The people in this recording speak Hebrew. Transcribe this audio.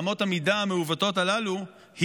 באמות המידה המעוותות הללו,